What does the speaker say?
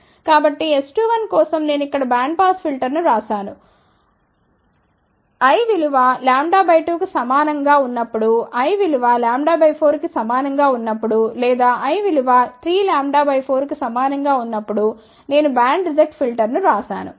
కాబట్టి S21 కోసం నేను ఇక్కడ బ్యాండ్పాస్ ఫిల్టర్ను వ్రాశాను l విలువ λ బై 2 కు సమానం గా ఉన్నప్పుడు l విలువ λ 4 కి సమానం గా ఉన్నప్పుడు లేదా l విలువ 3λ 4కు సమానం గా ఉన్నప్పుడునేను బ్యాండ్ రిజెక్ట్ ఫిల్టర్ను వ్రాశాను